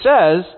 says